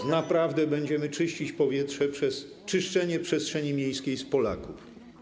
I czy naprawdę będziemy czyścić powietrze przez czyszczenie przestrzeni miejskiej z Polaków?